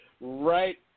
right